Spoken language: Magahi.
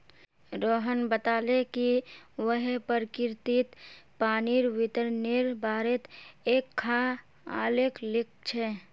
रोहण बताले कि वहैं प्रकिरतित पानीर वितरनेर बारेत एकखाँ आलेख लिख छ